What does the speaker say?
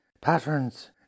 patterns